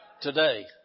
today